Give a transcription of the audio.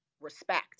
respect